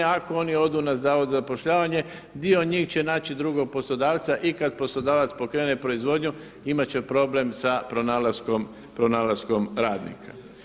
A ako oni odu na Zavod za zapošljavanje dio njih će naći drugog poslodavca i kada poslodavac pokrene proizvodnju imat će problem sa pronalaskom radnika.